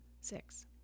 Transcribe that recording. six